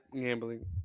gambling